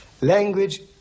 Language